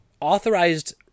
authorized